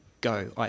go